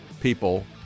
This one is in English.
people